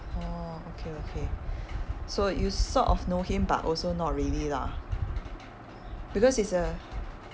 oh okay okay so you sort of know him but also not really lah because he's a